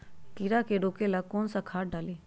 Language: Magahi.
कीड़ा के रोक ला कौन सा खाद्य डाली?